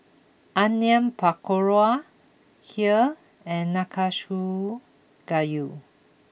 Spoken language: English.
Onion Pakora Kheer and Nanakusa Gayu